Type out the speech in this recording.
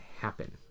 happen